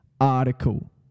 article